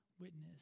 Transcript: witness